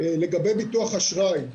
לגבי ביטוח אשראי.